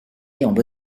restée